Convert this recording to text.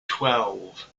twelve